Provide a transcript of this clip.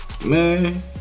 Man